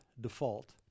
default